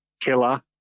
killer